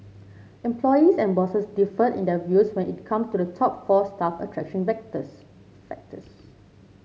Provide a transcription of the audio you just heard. employees and bosses differed in their views when it come to the top four staff attraction factors factors